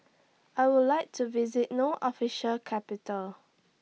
I Would like to visit No Official Capital